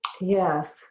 Yes